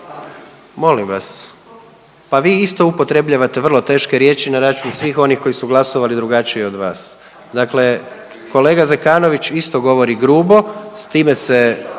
molim vas, pa isto upotrebljavate vrlo teške riječi na račun svih onih koji su glasovali drugačije od vas. Dakle, kolega Zekanović isto govori grubo, s time se